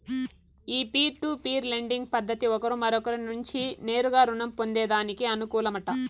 ఈ peer to peer lending పద్దతి ఒకరు మరొకరి నుంచి నేరుగా రుణం పొందేదానికి అనుకూలమట